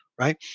Right